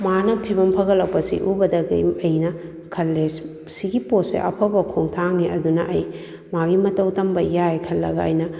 ꯃꯥꯅ ꯐꯤꯕꯝ ꯐꯒꯠꯂꯛꯄꯁꯤ ꯎꯕꯗꯒꯤ ꯑꯩꯅ ꯈꯜꯂꯦ ꯁꯤꯒꯤ ꯄꯣꯠꯁꯤ ꯑꯐꯕ ꯈꯣꯡꯊꯥꯡꯅꯤ ꯑꯗꯨꯅ ꯑꯩ ꯃꯥꯒꯤ ꯃꯇꯧ ꯇꯝꯕ ꯌꯥꯏ ꯈꯜꯂꯒ ꯑꯩꯅ